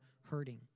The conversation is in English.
hurting